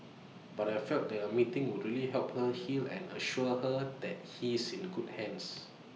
but I felt that A meeting would really help her heal and assure her that he's in good hands